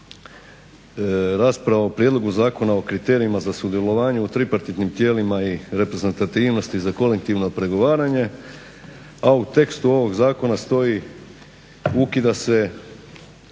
rasprava o prijedlogu zakona o kriterijima za sudjelovanje u tripartitnim tijelima i reprezentativnosti za kolektivno pregovaranje, a u tekstu ovog zakona stoji ukida se